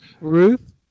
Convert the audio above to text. ruth